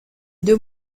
deux